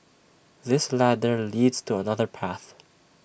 this ladder leads to another path